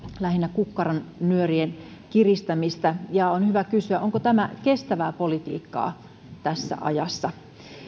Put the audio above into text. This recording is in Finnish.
lähinnä kukkaronnyörien kiristämistä ja on hyvä kysyä onko tämä kestävää politiikkaa tässä ajassa